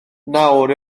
nawr